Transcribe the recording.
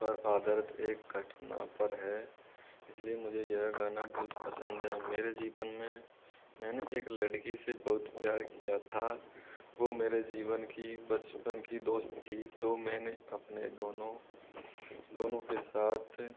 पर आधारित एक घटना पर है इस लिए मुझे यह गाना बहुत पसंद है मेरे जीवन में मैंने एक लड़की से बहुत प्यार किया था वो मेरे जीवन की बचपन की दोस्त थी तो मैंने अपने दोनों दोनों के साथ